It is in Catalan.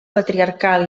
patriarcal